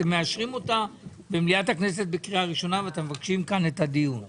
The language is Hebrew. מאשרים אותה במליאת הכנסת בקריאה ראשונה ומבקשים את הדיון כאן.